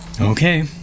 Okay